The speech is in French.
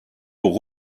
pour